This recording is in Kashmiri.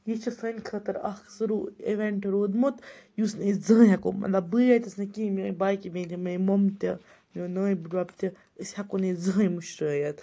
یہِ چھِ سانہِ خٲطرٕ اَکھ سُہ اِوینٛٹ روٗدمُت یُس نہٕ أسۍ زٕہٕنۍ ہیٚکو مطلب بہٕ یٲژ نہٕ کِہیٖنۍ میٲنۍ باقٕے بیٚنہِ تہِ میٲنۍ ممہ تہِ میون نانۍ بڑبَب تہِ أسۍ ہیٚکو نہٕ زٕہٕنۍ مٔشرٲیِتھ